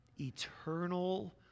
Eternal